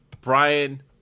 Brian